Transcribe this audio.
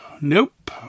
nope